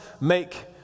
make